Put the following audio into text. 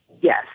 Yes